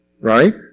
right